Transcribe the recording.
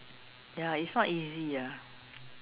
ya it's not easy ya